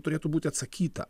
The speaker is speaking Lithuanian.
turėtų būti atsakyta